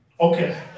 Okay